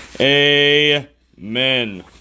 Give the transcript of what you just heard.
amen